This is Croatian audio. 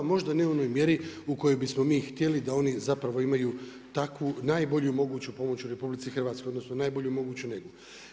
Možda ne u onoj mjeri u kojoj bismo mi htjeli da oni zapravo imaju takvu najbolju moguću pomoć u RH, odnosno, najbolju moguću njegu.